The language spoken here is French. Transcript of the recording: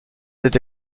être